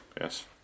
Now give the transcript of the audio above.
Yes